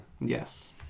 Yes